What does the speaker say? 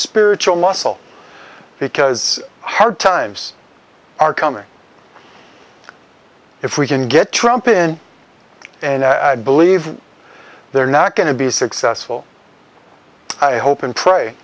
spiritual muscle because hard times are coming if we can get trump in and believe they're not going to be successful i hope and pray